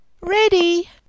Ready